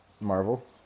Marvel